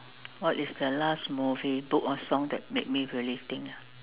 what is the last movie book or song that make me really think ah